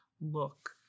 Look